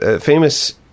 famous